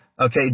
Okay